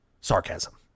sarcasm